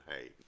hey